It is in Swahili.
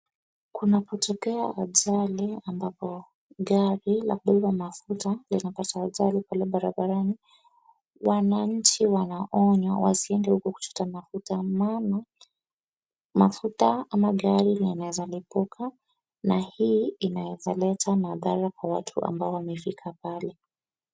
Kunapotokea ajali ambapo gari la kubeba mafuta linapata ajali pale barabarani , wananchi wanaonywa wasiende huko kuchota mafuta maana mafuta ama gari linaeza lipuka na hii inaeza leta madhara kwa watu ambao wamefika pale.